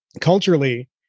culturally